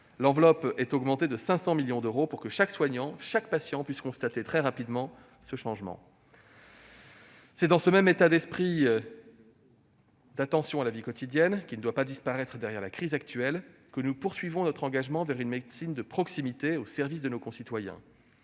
désormais augmentée de 500 millions d'euros, pour que chaque soignant, chaque patient puisse constater très rapidement ce changement. C'est dans ce même esprit d'attention à la vie quotidienne, qui ne doit pas disparaître derrière la crise actuelle, que nous poursuivons notre engagement vers une médecine de proximité, au service de nos concitoyens.